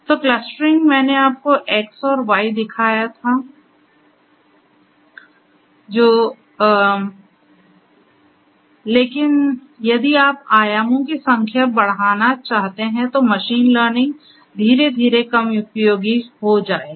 तो क्लस्टरिंग मैंने आपको x और y दिखाया है जो ठीक है लेकिन यदि आप आयामों की संख्या बढ़ाना चाहते हैं तो मशीन लर्निंग धीरे धीरे कम उपयोगी हो जाएगी